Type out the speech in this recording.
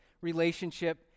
relationship